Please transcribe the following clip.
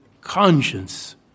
conscience